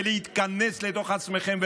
להתכנס לתוך עצמכם ולהגיד: